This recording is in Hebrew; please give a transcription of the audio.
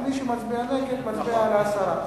מי שמצביע נגד, מצביע על הסרה.